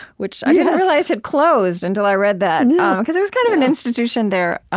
which i didn't realize had closed until i read that and yeah because it was kind of an institution there.